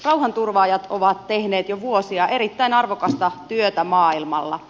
rauhanturvaajat ovat tehneet jo vuosia erittäin arvokasta työtä maailmalla